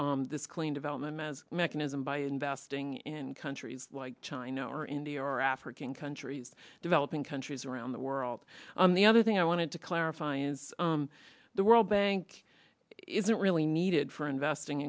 through this clean development mechanism by investing in countries like china or india or african countries developing countries around the world on the other thing i wanted to clarify is the world bank isn't really needed for investing